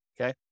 okay